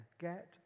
get